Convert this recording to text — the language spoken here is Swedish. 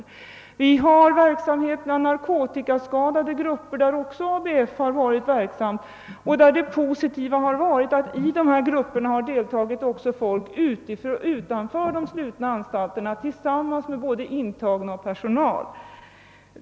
Det bedrivs också kursverksamhet bland narkotikaskadade grupper där också ABF har varit verksam, och det positiva har här varit att i denna verksamhet deltagit också personer utanför de slutna antalterna tillsammans med både intagna och vårdpersonal.